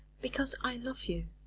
because i love you,